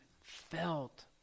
felt